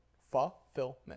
Fulfillment